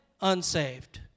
unsaved